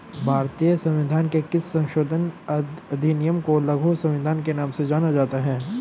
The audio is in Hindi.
भारतीय संविधान के किस संशोधन अधिनियम को लघु संविधान के नाम से जाना जाता है?